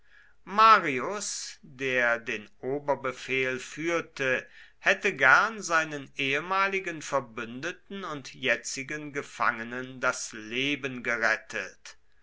marius der den oberbefehl führte hätte gern seinen ehemaligen verbündeten und jetzigen gefangenen das leben gerettet